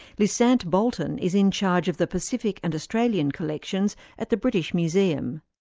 lissant bolton is in charge of the pacific and australian collections at the british museum.